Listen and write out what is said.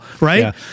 Right